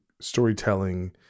storytelling